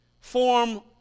form